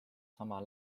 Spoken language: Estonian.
sama